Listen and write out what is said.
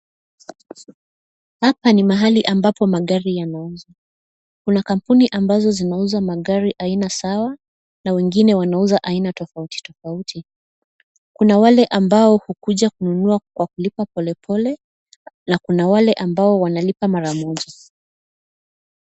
Hapa ni mahali ambapo magari yanauzwa. Kuna kampuni ambazo zinauzwa magari aina sawa, na wengine wanauza aina tofauti tofauti. Kuna wale ambao hukuja kununua kwa kulipa polepole, na kuna wale ambao wanalipa mara moja.